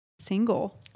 single